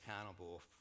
accountable